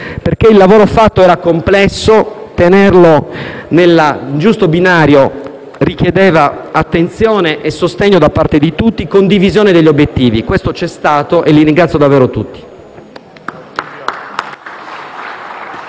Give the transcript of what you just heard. perché il lavoro svolto era complesso e tenerlo nel giusto binario richiedeva attenzione e sostegno da parte di tutti e condivisione degli obiettivi. Questo è avvenuto e pertanto li ringrazio davvero tutti.